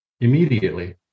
Immediately